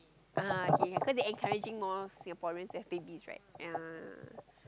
ah okay cause they encouraging more Singaporeans to have babies right ya